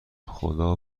خدا